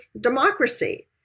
democracy